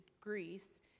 Greece